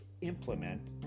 implement